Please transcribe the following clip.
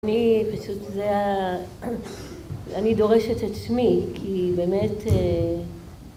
אני פשוט זה, אני דורשת את שמי כי באמת